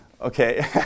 Okay